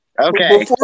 okay